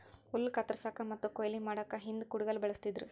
ಹುಲ್ಲ್ ಕತ್ತರಸಕ್ಕ್ ಮತ್ತ್ ಕೊಯ್ಲಿ ಮಾಡಕ್ಕ್ ಹಿಂದ್ ಕುಡ್ಗಿಲ್ ಬಳಸ್ತಿದ್ರು